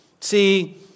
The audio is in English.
See